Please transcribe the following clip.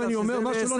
אם טועה